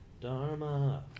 Dharma